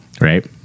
right